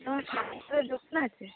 তোমার ফার্ণিচারের দোকান আছে